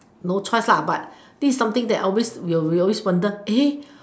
no choice ah but this is something that always we will always wonder eh